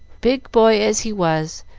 big boy as he was,